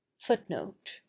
Footnote